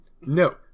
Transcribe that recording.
No